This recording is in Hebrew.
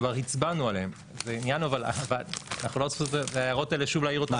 כבר הצבענו עליהם, ההערות האלה שוב להעיר אותם.